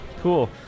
Cool